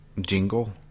jingle